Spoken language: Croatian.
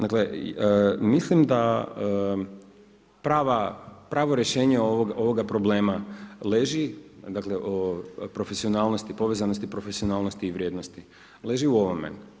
Dakle mislim da pravo rješenje ovoga problema leži o profesionalnosti, povezanosti profesionalnosti i vrijednosti leži u ovome.